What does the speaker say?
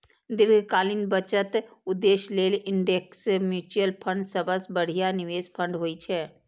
दीर्घकालीन बचत उद्देश्य लेल इंडेक्स म्यूचुअल फंड सबसं बढ़िया निवेश फंड होइ छै